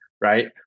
right